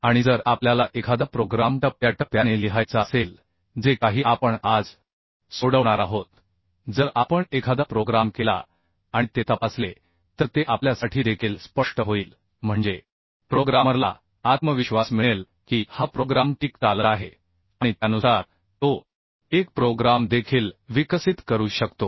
आणि जर आपल्याला एखादा प्रोग्राम टप्प्याटप्प्याने लिहायचा असेल जे काही आपण आज सोडवणार आहोत जर आपण एखादा प्रोग्राम केला आणि ते तपासले तर ते आपल्यासाठी देखील स्पष्ट होईल म्हणजे प्रोग्रामरला आत्मविश्वास मिळेल की हा प्रोग्राम ठीक चालत आहे आणि त्यानुसार तो एक प्रोग्राम देखील विकसित करू शकतो